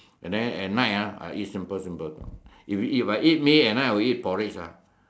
and then at night ah I eat simple simple if I eat Mee at night I will eat porridge lah